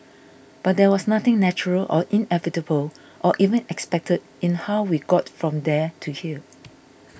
but there was nothing natural or inevitable or even expected in how we got from there to here